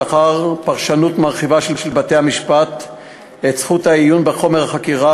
לאור פרשנות מרחיבה של בתי-המשפט את זכות העיון בחומר חקירה,